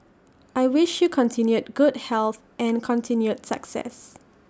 I wish you continued good health and continued success